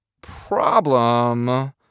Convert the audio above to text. Problem